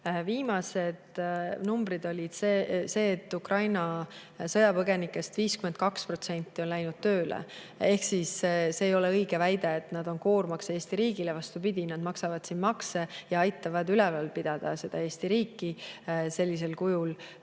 viimased numbrid olid sellised, et Ukraina sõjapõgenikest on 52% läinud tööle. Ehk siis see ei ole õige väide, et nad on koormaks Eesti riigile. Vastupidi, nad maksavad siin makse ja aitavad üleval pidada Eesti riiki sellisel kujul,